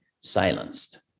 silenced